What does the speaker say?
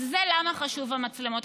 אז זה למה חשובות המצלמות.